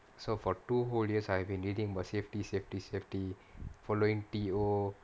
so for two whole years I've been reading about safety safety safety following T_O